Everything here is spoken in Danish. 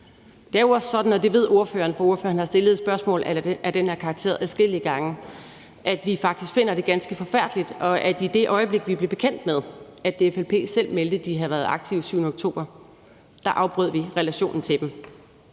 Det er jo også sådan, og det ved ordføreren, for ordføreren har stillet spørgsmål af den her karakter adskillige gange, at vi faktisk finder det ganske forfærdeligt, og at vi, i det øjeblik vi blev bekendt med, at DFLP selv meddelte, at de havde været aktive den 7. oktober, afbrød relationen til dem.